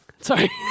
Sorry